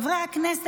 ותכנון